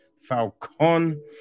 Falcon